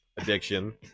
addiction